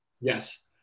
Yes